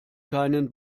keinen